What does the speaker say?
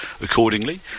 accordingly